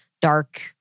dark